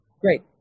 Great